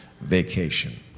vacation